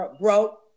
broke